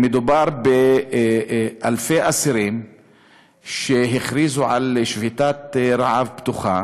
מדובר באלפי אסירים שהכריזו על שביתת רעב פתוחה,